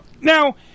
now